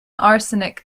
arsenic